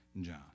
John